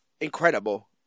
incredible